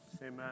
Amen